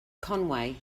conway